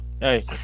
hey